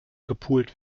gepult